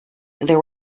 there